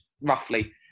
roughly